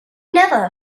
never